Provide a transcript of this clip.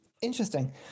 interesting